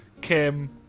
Kim